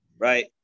right